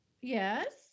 Yes